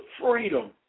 freedom